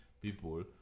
people